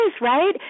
right